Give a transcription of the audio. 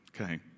Okay